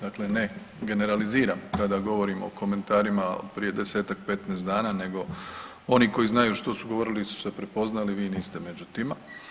Dakle ne generaliziram kada govorimo o komentarima prije 10-ak, 15 dana nego oni koji znaju što su govorili su se prepoznali, vi niste među tima.